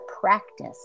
practice